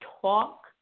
talk